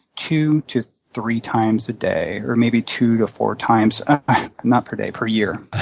two to three times a day or maybe two to four times not per day, per year